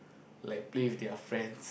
like play with their friends